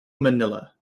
manila